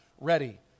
ready